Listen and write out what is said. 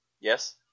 Yes